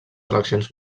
eleccions